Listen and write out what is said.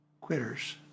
quitters